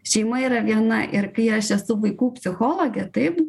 šeima yra viena ir kai aš esu vaikų psichologė taip